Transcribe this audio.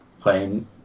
playing